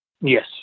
Yes